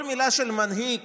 כל מילה של מנהיג